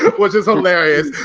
which is hilarious.